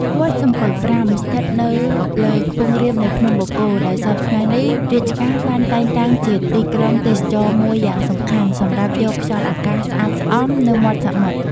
វត្តសំពៅប្រាំ ឋិតនៅលើខ្ពង់រាបនៃភ្នំបូកគោ ដែលសព្វថ្ងៃនេះ រាជការបានតែងតាំងជាទីក្រុងទេសចរណ៍មួយយ៉ាងសំខាន់ សម្រាប់យកខ្យល់អាកាសស្អាតស្អំនៅមាត់សមុទ្រ ។